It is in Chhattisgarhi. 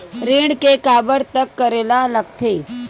ऋण के काबर तक करेला लगथे?